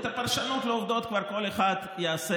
את הפרשנות של העובדות כבר כל אחד יעשה,